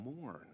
mourn